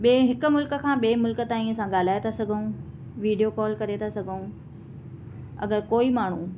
ॿिए हिक मुल्क खां ॿिए मुल्कु ताईं ॻाल्हाए था सघूं विडियो कॉल करे था सघूं अॻरि कोई माण्हू